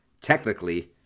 technically